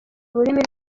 rurimi